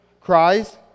cries